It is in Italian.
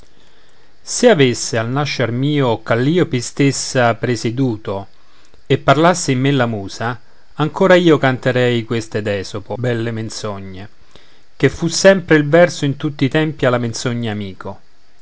se avesse al nascer mio calliope istessa presieduto e parlasse in me la musa ancora io canterei queste d'esopo belle menzogne ché fu sempre il verso in tutti i tempi alla menzogna amico